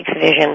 Vision